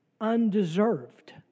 undeserved